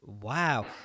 Wow